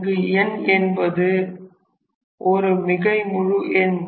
இங்கு n என்பது ஒரு மிகை முழு எண்